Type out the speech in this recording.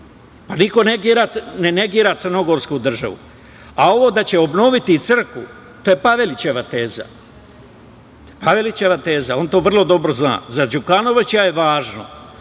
Pa, niko ne negira crnogorsku državu. A ovo da će obnoviti crkvu, to je Pavelićeva teza. On to vrlo dobro zna. Za Đukanovića je važno